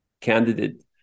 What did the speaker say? candidate